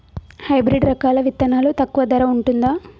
Hybrid రకాల విత్తనాలు తక్కువ ధర ఉంటుందా?